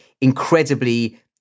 incredibly